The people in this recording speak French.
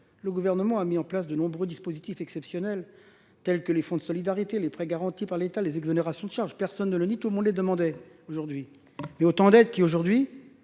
le gouvernement a mis en place de nombreux dispositifs exceptionnels, tels que les fonds de solidarité, les frais garantis par l'Etat, les exonérations de charges. Personne ne le nie, tout le monde les demandait aujourd'hui. Mais autant d'aide qu'il y a aujourd'hui,